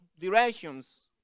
directions